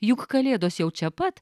juk kalėdos jau čia pat